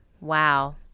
Wow